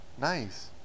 nice